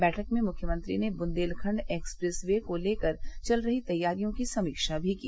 बैठक में मुख्यमंत्री ने बुन्देलखण्ड एक्सप्रेस वे को लेकर चल रही तैयारियों की समीक्षा भी की